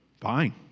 fine